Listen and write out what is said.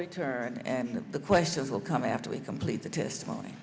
return and the questions will come after we complete the testimony